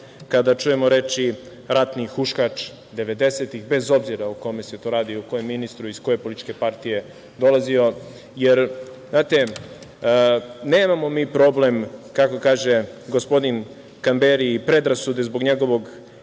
kada čujemo reči ratni huškač devedesetih, bez obzira o kome se radi, o kojem ministru, iz koje političke partije dolazio. Znate, nemamo mi problem, kako kaže gospodin Kamberi predrasude zbog njegovog